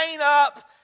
up